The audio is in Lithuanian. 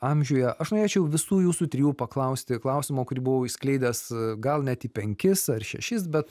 amžiuje aš norėčiau visų jūsų trijų paklausti klausimo kurį buvau išskleidęs gal net į penkis ar šešis bet